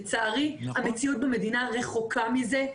לצערי המציאות במדינה רחוקה מזה.